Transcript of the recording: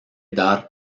dar